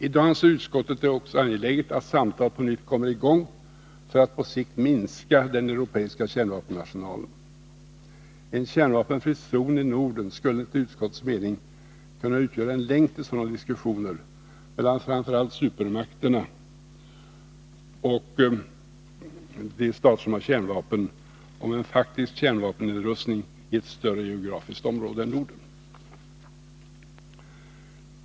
I dag anser utskottet det också angeläget att samtal på nytt kommer i gång för att på sikt minska den europeiska kärnvapenarsenalen. En kärnvapenfri zon i Norden skulle enligt utskottets mening kunna utgöra en länk till sådana diskussioner mellan framför allt supermakterna och de stater som har kärnvapen om en faktisk kärnvapennedrustning i ett större geografiskt område än Norden.